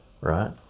right